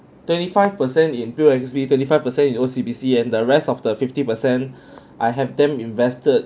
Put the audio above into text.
twenty five per cent in P_O_S_B twenty five per cent in O_C_B_C and the rest of the fifty per cent I have them invested